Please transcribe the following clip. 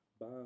Bye